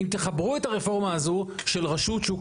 אם תחברו את הרפורמה הזו של רשות שוק